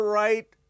right